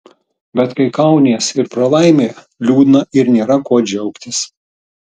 bet kai kaunies ir pralaimi liūdna ir nėra kuo džiaugtis